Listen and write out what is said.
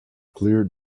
clear